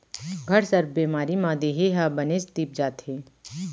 घटसर्प बेमारी म देहे ह बनेच तीप जाथे